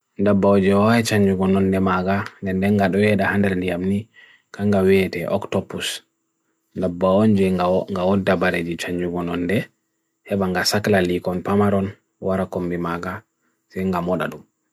Daw bao jaw hai chanjw gaw nonde maga, nende nga dow hei da hander liya mne, kanga wei hei te octopus. Daw bao nje nga odd da ba rei di chanjw gaw nonde, hei banga sakla likon pamaaron, warakon bhi maga, zenga moda dum.